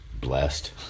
blessed